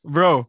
Bro